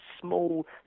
small